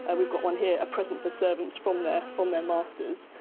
and we've got one here a present for servants from their from their masters.